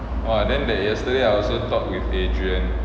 !wah! then that yesterday I also talked with adrian